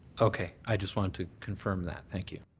okay. i just wanted to confirm that, thank you.